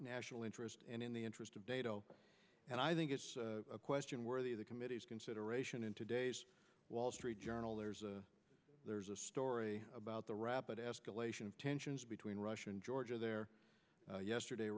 national interest and in the interest of data and i think it's a question worthy of the committee's consideration in today's wall street journal there's a story about the rapid escalation of tensions between russia and georgia there yesterday